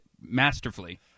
masterfully